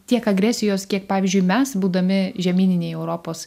tiek agresijos kiek pavyzdžiui mes būdami žemyninėj europos